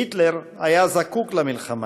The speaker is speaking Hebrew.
היטלר היה זקוק למלחמה,